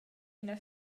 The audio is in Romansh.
ina